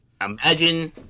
Imagine